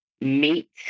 meet